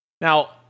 now